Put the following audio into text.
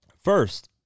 First